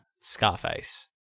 Scarface